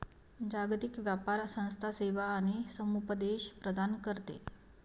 जागतिक व्यापार संस्था सेवा आणि समुपदेशन प्रदान करते